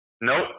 nope